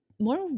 More